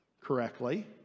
correctly